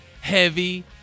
Heavy